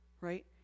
right